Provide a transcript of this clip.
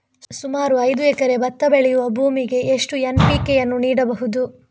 ಸುಮಾರು ಐದು ಎಕರೆ ಭತ್ತ ಬೆಳೆಯುವ ಭೂಮಿಗೆ ಎಷ್ಟು ಎನ್.ಪಿ.ಕೆ ಯನ್ನು ನೀಡಬಹುದು?